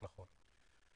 נכון.